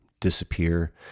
disappear